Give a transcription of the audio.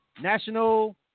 National